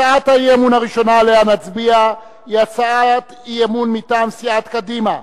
הצעת האי-אמון הראשונה שעליה נצביע היא הצעת אי-אמון מטעם סיעות קדימה,